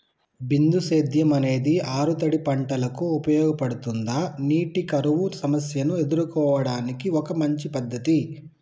బిందు సేద్యం అనేది ఆరుతడి పంటలకు ఉపయోగపడుతుందా నీటి కరువు సమస్యను ఎదుర్కోవడానికి ఒక మంచి పద్ధతి?